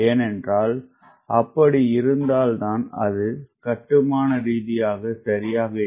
ஏனென்றால் அப்படி இருந்தால் அதுகட்டுமானரீதியாக சரியாக இருக்கும்